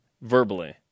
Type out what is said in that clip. verbally